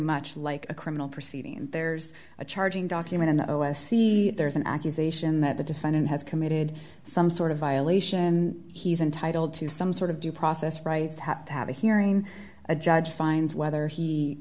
much like a criminal proceeding there's a charging document in the a c there's an accusation that the defendant has committed some sort of violation and he's entitled to some sort of due process rights have to have a hearing a judge finds whether he